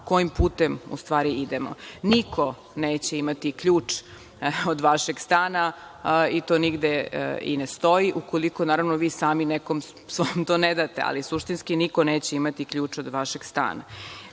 kojim putem idemo. Niko neće imati ključ od vašeg stana i to nigde i ne stoji. Ukoliko vi sami nekom svom to ne date, ali suštinski niko neće imati ključ od vašeg stana.